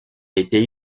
été